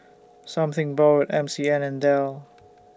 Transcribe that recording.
Something Borrowed M C M and Dell